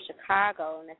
Chicago